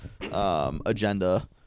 agenda